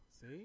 see